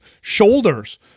shoulders